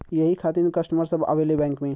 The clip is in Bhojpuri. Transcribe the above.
यही खातिन कस्टमर सब आवा ले बैंक मे?